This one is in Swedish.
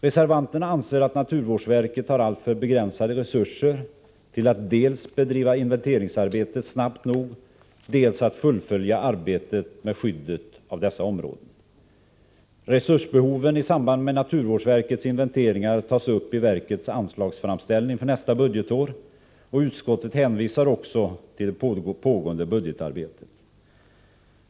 Reservanterna anser att naturvårdsverket har alltför begränsade resurser till dels att bedriva inventeringsarbetet snabbt nog, dels att fullfölja arbetet med skyddet av dessa områden. Resursbehoven i samband med naturvårdsverkets inventeringar tas upp i verkets anslagsframställning för nästa budgetår, och utskottet hänvisar också till det pågående budgetarbetet.